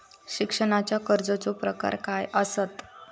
शिक्षणाच्या कर्जाचो प्रकार काय आसत?